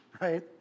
right